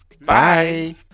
Bye